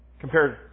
compared